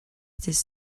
this